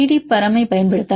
பிபரம் ஐப் பயன்படுத்தலாம்